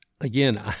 again